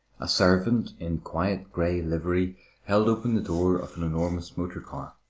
a servant in quiet grey livery held open the door of an enormous motor car.